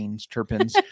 terpenes